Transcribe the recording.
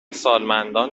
سالمندان